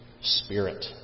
spirit